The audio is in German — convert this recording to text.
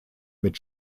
mit